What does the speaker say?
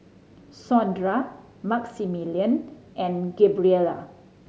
Saundra Maximillian and Gabriela